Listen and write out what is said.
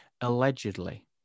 allegedly